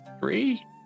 three